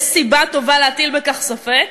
יש סיבה טובה להטיל בכך ספק.